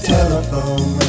Telephone